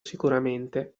sicuramente